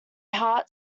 heart